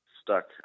stuck